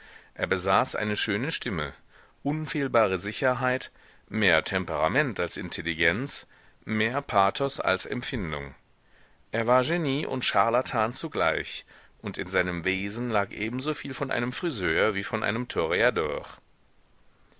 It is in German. er besaß eine schöne stimme unfehlbare sicherheit mehr temperament als intelligenz mehr pathos als empfindung er war genie und scharlatan zugleich und in seinem wesen lag ebensoviel von einem friseur wie von einem